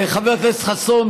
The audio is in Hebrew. חבר הכנסת חסון,